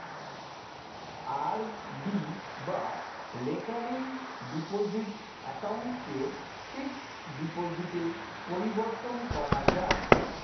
RD বা recurring deposit অ্যাকাউন্টকে fixed ডিপোজিটে পরিবর্তন করা যায়